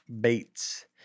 Bates